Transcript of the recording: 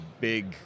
big